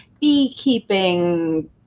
beekeeping